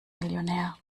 millionär